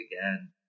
again